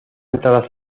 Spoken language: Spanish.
entrada